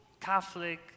catholic